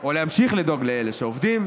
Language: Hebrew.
או להמשיך לדאוג לאלה שעובדים,